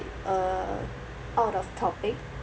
uh out of topic